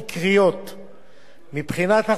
מבחינת החוסכים לטווח ארוך,